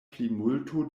plimulto